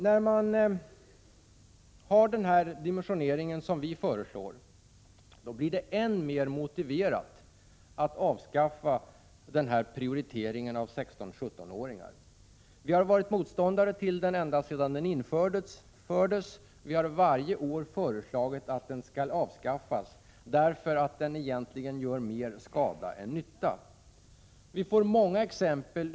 När man har den dimensionering som vi föreslår blir det än mer motiverat att avskaffa prioriteringen av 16-17-åringar. Vi har varit motståndare till den ända sedan den infördes. Vi har varje år föreslagit att den skall avskaffas, eftersom den egentligen gör mer skada än nytta.